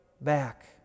back